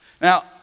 Now